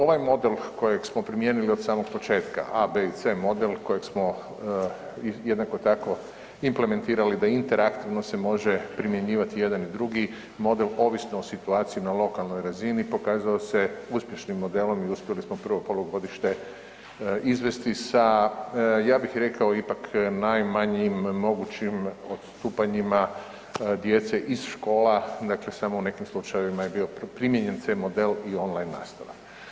Ovaj model kojeg smo primijenili od samog početka, A, B i C model kojeg smo i jednako tako implementirali da interaktivno se može primjenjivati jedan i drugi mode, ovisno o situaciji na lokalnoj razini, pokazao se uspješnim modelom i uspjeli smo prvo polugodište izvesti sa ja bih rekao, ipak najmanjim mogućim odstupanjima djece iz škole, dakle samo u nekim slučajevima je bio primijenjen C model i online nastava.